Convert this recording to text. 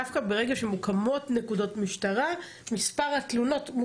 דווקא ברגע שמוקמות תחנות משטרה מספר התלונות עולה.